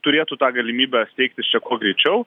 turėtų tą galimybę steigtis čia kuo greičiau